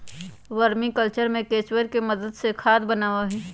vermi culture में केंचुवन के मदद से खाद बनावा हई